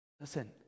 listen